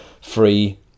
free